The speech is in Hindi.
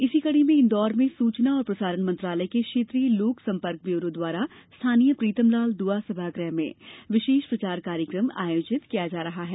इसी कड़ी में इंदौर में सूचना और प्रसारण मंत्रालय के क्षेत्रीय लोकसंपर्क ब्यूरो द्वारा स्थानीय प्रीतमलाल दुआ सभागृह में विशेष प्रचार कार्यक्रम आयोजित किया जा रहा है